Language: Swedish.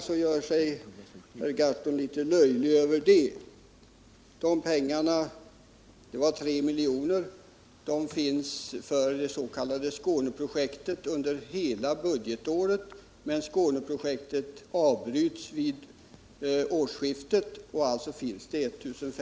Jag vill då tala om att det gäller det anslag på 3 miljoner som finns för det s.k. Skåneprojektet för hela budgetåret under anslaget Ungdomsvårdsskolorna. Skåneprojektet avbryts vid årsskiftet, och I 500 000 kr.